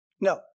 No